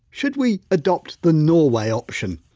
should we adopt the norway option?